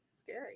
scary